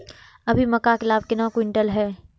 अभी मक्का के भाव केना क्विंटल हय?